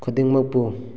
ꯈꯨꯗꯤꯡꯃꯛꯄꯨ